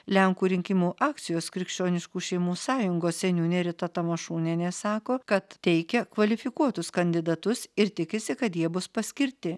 lenkų rinkimų akcijos krikščioniškų šeimų sąjungos seniūnė rita tamašūnienė sako kad teikia kvalifikuotus kandidatus ir tikisi kad jie bus paskirti